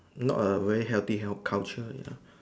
not a very healthy hell culture ya